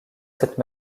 cette